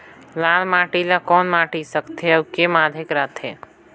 लाल माटी ला कौन माटी सकथे अउ के माधेक राथे?